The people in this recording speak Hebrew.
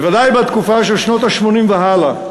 בוודאי בתקופה של שנות ה-80 והלאה,